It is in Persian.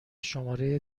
شماره